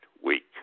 week